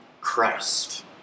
Christ